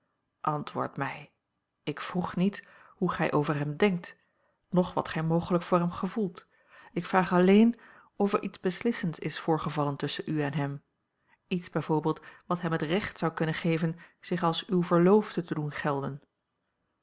antwoord mij ik vraag niet hoe gij over hem denkt noch wat gij mogelijk voor hem gevoelt ik vraag alleen of er iets beslissends is voorgevallen tusschen u en hem iets bij voorbeeld wat hem het recht zou kunnen geven zich als uw verloofde te doen gelden